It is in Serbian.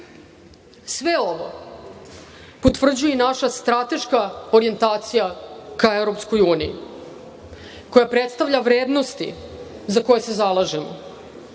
Sve ovo potvrđuje i naša strateška orijentacija ka EU koja predstavlja vrednosti za koje se zalažemo.